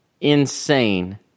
insane